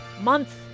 month